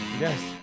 Yes